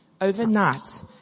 overnight